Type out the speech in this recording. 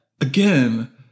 again